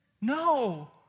no